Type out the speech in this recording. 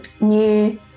new